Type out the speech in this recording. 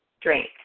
drink